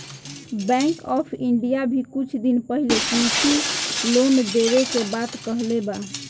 bank of India भी कुछ दिन पाहिले कृषि लोन देवे के बात कहले बा